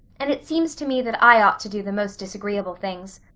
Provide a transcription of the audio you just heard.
and it seems to me that i ought to do the most disagreeable things.